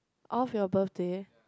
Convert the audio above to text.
of your birthday